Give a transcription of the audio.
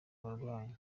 abarwayi